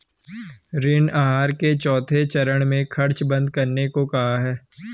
ऋण आहार के चौथे चरण में खर्च बंद करने को कहा है